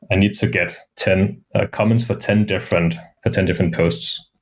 and need to get ten comments for ten different ten different posts.